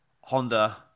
Honda